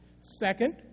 Second